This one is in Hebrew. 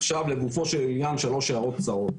לגופו של עניין יש לי שלוש הערות קצרות: